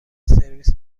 سرویس